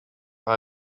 are